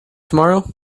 tomorrow